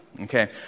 okay